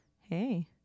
Hey